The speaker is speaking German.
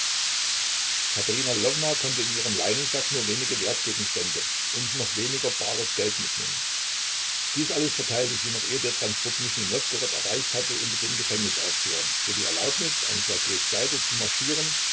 lwowna konnte in ihrem leinensack nur wenig wertgegenstände und noch weniger bares geld mitnehmen dies alles verteilte sie noch ehe der transport nischnij nowgorod erreicht hatte unter den gefängnisaufsehern für die erlaubnis an ssergejs seite zu marschieren